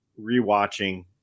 rewatching